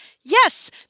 yes